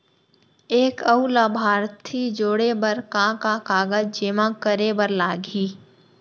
एक अऊ लाभार्थी जोड़े बर का का कागज जेमा करे बर लागही?